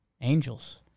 Angels